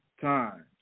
times